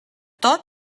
tot